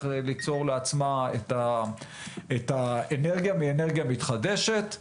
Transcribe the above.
ליצור לעצמה את האנרגיה מאנרגיה מתחדשת.